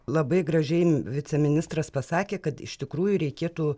labai gražiai viceministras pasakė kad iš tikrųjų reikėtų